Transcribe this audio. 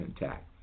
intact